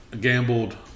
gambled